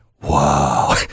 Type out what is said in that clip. Wow